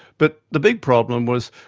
but the big problem was,